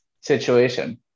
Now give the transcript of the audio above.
situation